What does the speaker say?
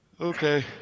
Okay